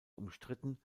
umstritten